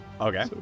Okay